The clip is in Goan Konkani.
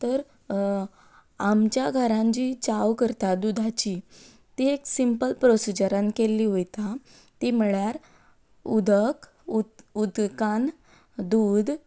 तर आमच्या घरांत जी च्या करता दुदाची ती एक सिंपल प्रोसिजरान केल्ली वता ती म्हणल्यार उदक उद उदकांत दूद